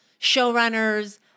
showrunners